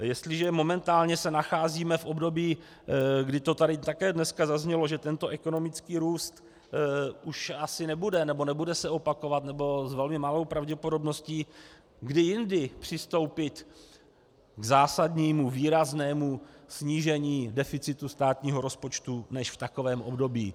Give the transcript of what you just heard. Jestliže momentálně se nacházíme v období, kdy to tady také dneska zaznělo, že tento ekonomický růst se už asi nebude opakovat, nebo s velmi malou pravděpodobností, kdy jindy přistoupit k zásadnímu výraznému snížení deficitu státního rozpočtu než v takovém období?